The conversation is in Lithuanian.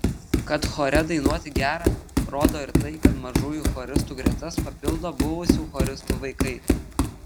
kad chore dainuoti gera rodo ir tai kad mažųjų choristų gretas papildo buvusių choristų vaikai